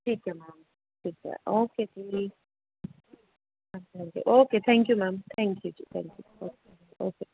ਠੀਕ ਹੈ ਮੈਮ ਠੀਕ ਹੈ ਓਕੇ ਜੀ okay thank you ma'am thank you ਜੀ ਥੈਂਕ ਯੂ ਓਕੇ ਓਕੇ